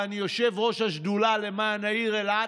ואני יושב-ראש השדולה למען העיר אילת,